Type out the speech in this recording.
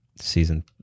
season